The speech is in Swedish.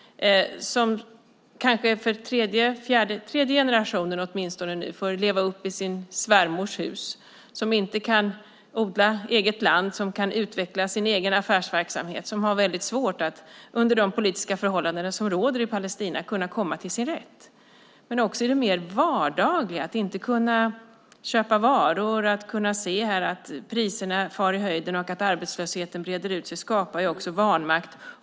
Det är åtminstone den tredje generationen kvinnor som får leva i sin svärmors hus, inte kan odla eget land, inte kan utveckla en egen affärsverksamhet och har svårt att under de politiska förhållanden som råder i Palestina kunna komma till sin rätt. Vi ser det också i de mer vardagliga händelserna. Att inte kunna köpa varor, att se hur priserna far i höjden och arbetslösheten breder ut sig skapar vanmakt.